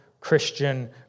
Christian